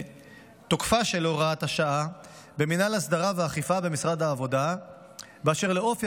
תוקפה של הוראת השעה במינהל הסדרה ואכיפה במשרד העבודה באשר לאופי